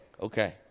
okay